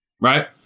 right